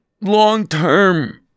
long-term